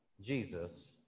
Jesus